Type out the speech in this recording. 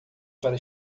para